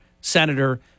Senator